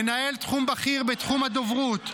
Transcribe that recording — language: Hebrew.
מנהל תחום בכיר בתחום הדוברות.